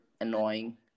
annoying